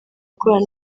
gukorana